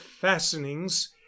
fastenings